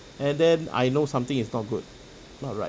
and then I know something is not good not right